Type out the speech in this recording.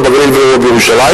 לא בגליל ולא בירושלים,